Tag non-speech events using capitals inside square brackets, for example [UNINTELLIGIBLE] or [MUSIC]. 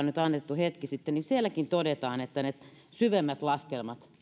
[UNINTELLIGIBLE] nyt annettu hetki sitten todetaan että ne syvemmät laskelmat